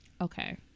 Okay